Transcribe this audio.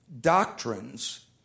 Doctrines